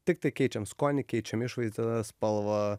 tiktai keičiam skonį keičiam išvaizdą spalvą